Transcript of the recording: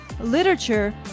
literature